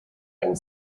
and